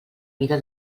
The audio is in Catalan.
vida